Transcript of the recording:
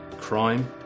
crime